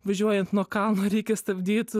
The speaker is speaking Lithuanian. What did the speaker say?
važiuojant nuo kalno reikia stabdyt